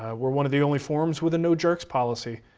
we're one of the only forums with a no jerks policy,